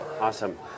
Awesome